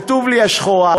כתוב לי "השחורה",